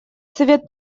совет